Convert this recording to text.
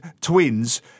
twins